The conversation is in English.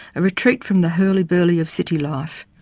a retreat from the hurly burly of city life.